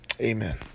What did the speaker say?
amen